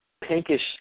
pinkish